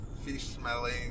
fish-smelling